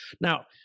Now